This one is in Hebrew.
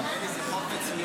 יישר כוח.